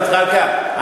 חבר הכנסת זחאלקה,